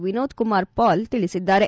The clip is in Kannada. ವಿನೋದ್ಕುಮಾರ್ ಪಾಲ್ ಹೇಳಿದ್ದಾರೆ